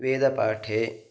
वेदपाठे